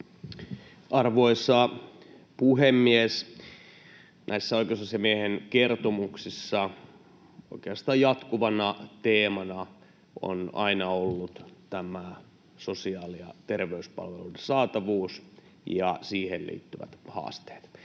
Arvoisa puhemies! Näissä oikeusasiamiehen kertomuksissa oikeastaan jatkuvana teemana on aina ollut tämä sosiaali- ja terveyspalveluiden saatavuus ja siihen liittyvät haasteet.